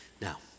Now